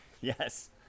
Yes